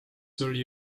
sul